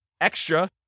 extra